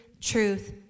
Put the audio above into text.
truth